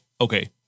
okay